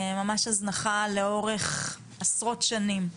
ממש הזנחה לאורך עשרות שנים.